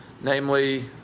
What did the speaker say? namely